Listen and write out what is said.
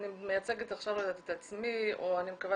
אני מייצגת עכשיו את עצמי או אני מקווה